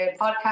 podcast